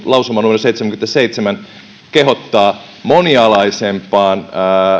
lausuma numero seitsemänkymmentäseitsemän kehottaa monialaisempaan